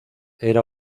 era